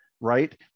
right